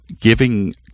giving